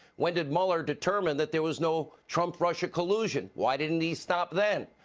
when did mueller determined that there was no trump-russia collusion? why didn't he stop then?